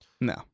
No